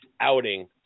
outing